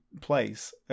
place